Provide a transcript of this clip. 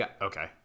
Okay